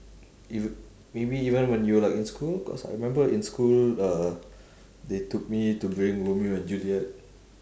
you maybe even when you're like in school cause I remember in school uh they took me to romeo and juliet